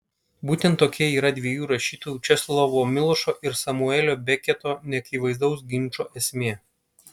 būtent tokia yra dviejų rašytojų česlovo milošo ir samuelio beketo neakivaizdaus ginčo esmė